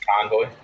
Convoy